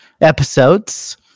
episodes